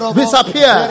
disappear